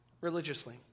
religiously